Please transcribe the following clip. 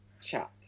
Chat